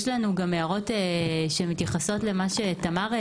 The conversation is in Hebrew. יש לנו הערות שמתייחסות גם למה שהעלתה תמר,